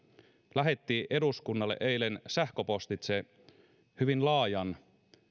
lähetti eduskunnalle eilen sähköpostitse hyvin laajan